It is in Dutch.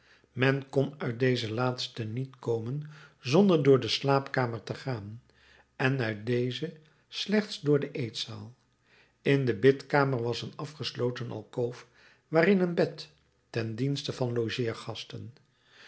men kon uit deze laatste niet komen zonder door de slaapkamer te gaan en uit deze slechts door de eetzaal in de bidkamer was een afgesloten alkoof waarin een bed ten dienste van